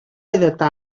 edota